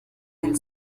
del